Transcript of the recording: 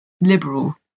liberal